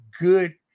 good